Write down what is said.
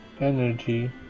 energy